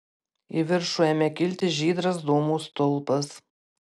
į viršų ėmė kilti žydras dūmų stulpas